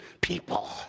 people